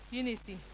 unity